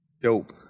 dope